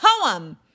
poem